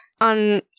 on